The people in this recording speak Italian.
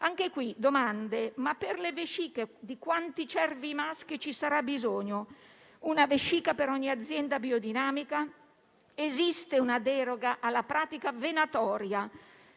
delle domande. Per le vesciche, di quanti cervi maschi ci sarà bisogno? Una vescica per ogni azienda biodinamica? Esiste una deroga alla pratica venatoria